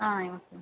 ஆ யா